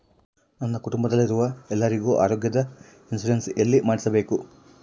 ನನ್ನ ಕುಟುಂಬದಲ್ಲಿರುವ ಎಲ್ಲರಿಗೂ ಆರೋಗ್ಯದ ಇನ್ಶೂರೆನ್ಸ್ ಎಲ್ಲಿ ಮಾಡಿಸಬೇಕು?